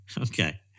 Okay